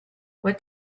what